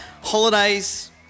holidays